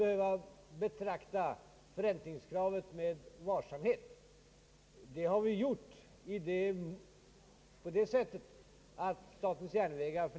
Herr talman!